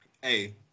hey